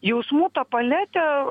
jausmų paletė